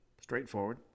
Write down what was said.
straightforward